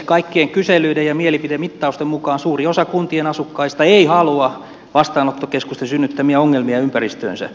kaikkien kyselyiden ja mielipidemittausten mukaan suuri osa kuntien asukkaista ei halua vastaanottokeskusten synnyttämiä ongelmia ympäristöönsä